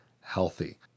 healthy